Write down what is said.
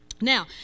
Now